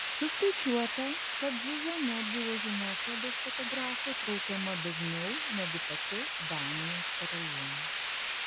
suskaičiuota kad zuzana buvo žiniasklaidos fotografų traukiama dažniau negu pati danijos karalienė